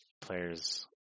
players